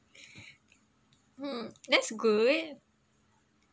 mm that's good